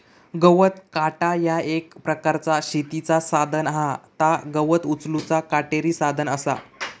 गवत काटा ह्या एक प्रकारचा शेतीचा साधन हा ता गवत उचलूचा काटेरी साधन असा